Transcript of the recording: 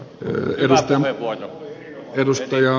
yhdistelmä voi lisätä ja